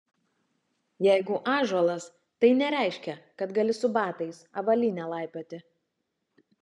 jeigu ąžuolas tai nereiškia kad gali su batais avalyne laipioti